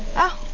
oh,